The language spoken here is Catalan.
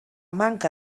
manca